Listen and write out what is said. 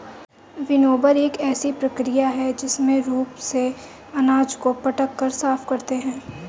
winnower एक ऐसी प्रक्रिया है जिसमें रूप से अनाज को पटक कर साफ करते हैं